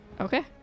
Okay